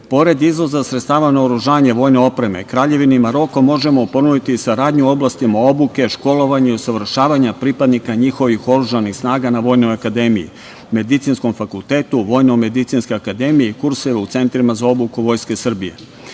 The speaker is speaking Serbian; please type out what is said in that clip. Pored izvoza sredstava naoružanja vojne opreme Kraljevini Maroko možemo ponuditi saradnju u oblastima obuke, školovanja i usavršavanja pripadnika njihovih oružanih snaga na vojnoj akademiji, medicinskom fakultetu VMA i kurseve u centrima za obuku Vojske Srbije.Za